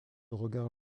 regard